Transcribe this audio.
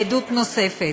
עדות נוספת: